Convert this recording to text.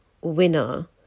winner